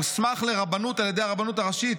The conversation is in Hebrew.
מוסמך לרבנות על ידי הרבנות הראשית,